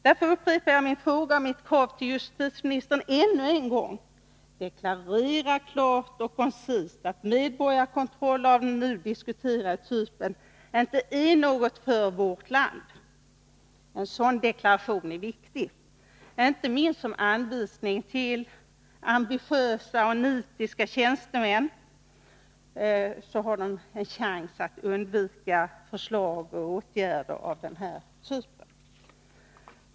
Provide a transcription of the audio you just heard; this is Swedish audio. Därför upprepar jag mitt krav till justitieministern ännu en gång: Deklarera klart och koncist att medborgarkontroller av den nu diskuterade typen inte är något för vårt land! En sådan deklaration är viktig, inte minst som en anvisning för ambitiösa och nitiska tjänstemän, så att de har en chans att undvika förslag och åtgärder av den nu nämnda typen.